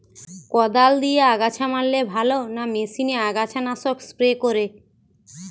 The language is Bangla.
কদাল দিয়ে আগাছা মারলে ভালো না মেশিনে আগাছা নাশক স্প্রে করে?